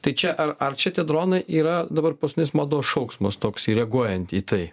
tai čia ar ar čia tie dronai yra dabar paskutinis mados šauksmas toks reaguojant į tai